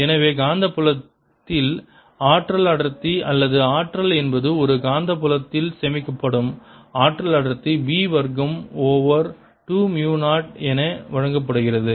எனவே காந்தப்புலத்தில் ஆற்றல் அடர்த்தி அல்லது ஆற்றல் என்பது ஒரு காந்தப்புலத்தில் சேமிக்கப்படும் ஆற்றல் அடர்த்தி B வர்க்கம் ஓவர் 2 மு 0 என வழங்கப்படுகிறது